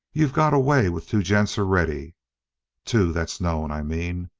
you've got away with two gents already two that's known, i mean.